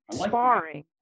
sparring